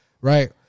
Right